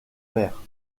père